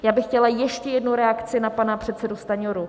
Já bych chtěla ještě jednu reakci na pana předsedu Stanjuru.